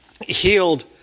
healed